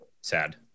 sad